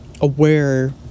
Aware